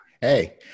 Hey